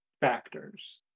factors